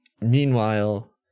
meanwhile